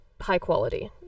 high-quality